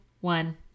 one